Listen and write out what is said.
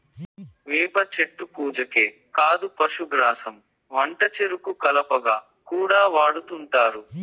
వేప చెట్టు పూజకే కాదు పశుగ్రాసం వంటచెరుకు కలపగా కూడా వాడుతుంటారు